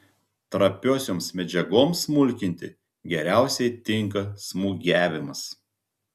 trapiosioms medžiagoms smulkinti geriausiai tinka smūgiavimas